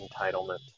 entitlement